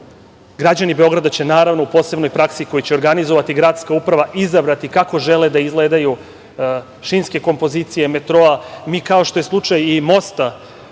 Građani Beograda će, naravno, u posebnoj praksi, koju će organizovati gradska uprava, izabrati kako žele da izgledaju šinske kompozicije metroa. Mi, kao što je slučaj i mosta